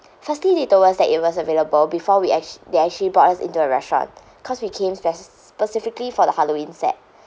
firstly they told us that it was available before we ac~ they actually brought us into the restaurant cause we came fes~ specifically for the halloween set